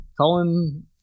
Colin